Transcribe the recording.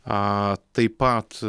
aaa taip pat